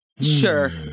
sure